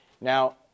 Now